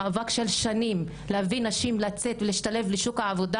מאבק של שנים להביא נשים לצאת ולהשתלב בשוק העבודה